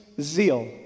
zeal